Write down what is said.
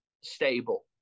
stable